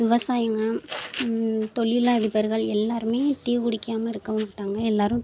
விவசாயிங்க தொழில் அதிபர்கள் எல்லோருமே டீ குடிக்காமல் இருக்க மாட்டாங்க எல்லோரும்